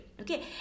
okay